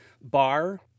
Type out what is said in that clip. bar